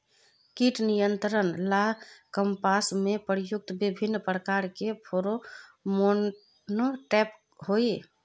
कीट नियंत्रण ला कपास में प्रयुक्त विभिन्न प्रकार के फेरोमोनटैप होई?